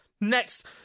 next